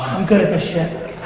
i'm good at this shit.